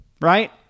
right